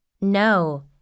No